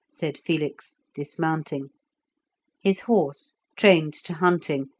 said felix, dismounting his horse, trained to hunting,